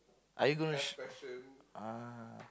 are you gonna sh~ ah